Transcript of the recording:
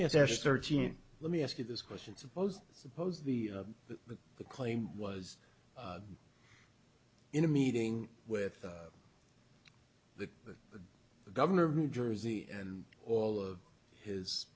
me as s thirteen let me ask you this question suppose suppose the the claim was in a meeting with the governor of new jersey and all of his